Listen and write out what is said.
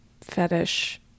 fetish